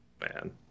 Man